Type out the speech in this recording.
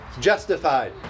Justified